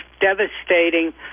devastating